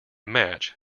match